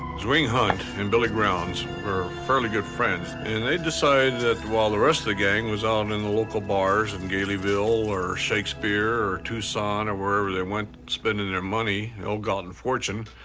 zwing hunt and billy grounds were fairly good friends. and they decided that while the rest of the gang was on in the local bars, in galeyville or shakespeare, or tucson or wherever they went spending their money ill-gotten fortune,